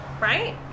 Right